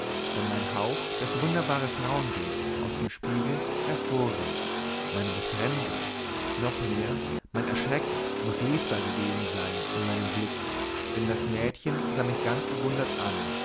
wenn mein hauch das wunderbare frauenbild aus dem spiegel hervorrief meine befremdung noch mehr mein erschrecken muß lesbar gewesen sein in meinem blick denn das mädchen sah mich ganz verwundert an